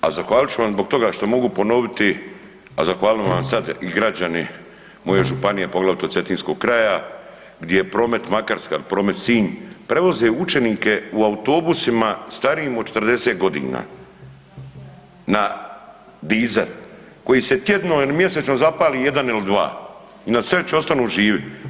A zahvalit ću vam zbog toga što mogu ponoviti a zahvalio bi vam sad i građani moje županije, poglavito cetinskog kraja, gdje je promet Makarska, promet Sinj, prevoze učenike u autobusima starijim od 40 g. na dizel koji se tjedno ili mjesečno zapali jedan ili dva i na sreću ostanu živi.